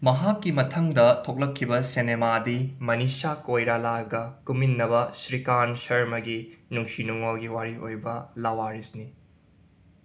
ꯃꯍꯥꯛꯀꯤ ꯃꯊꯪꯗ ꯊꯣꯛꯂꯛꯈꯤꯕ ꯁꯦꯅꯦꯃꯥꯗꯤ ꯃꯅꯤꯁꯥ ꯀꯣꯏꯔꯥꯂꯥꯒ ꯀꯨꯝꯃꯤꯟꯅꯕ ꯁ꯭ꯔꯤꯀꯥꯟ ꯁꯔꯃꯒꯤ ꯅꯨꯡꯁꯤ ꯅꯨꯡꯉꯣꯜꯒꯤ ꯋꯥꯔꯤ ꯑꯣꯏꯕ ꯂꯥꯋꯥꯔꯤꯁꯅꯤ